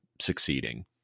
succeeding